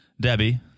Debbie